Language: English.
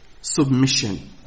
Submission